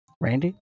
Randy